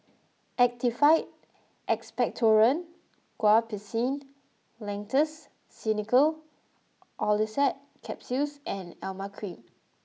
Actified Expectorant Guaiphenesin Linctus Xenical Orlistat Capsules and Emla Cream